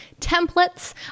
templates